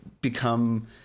become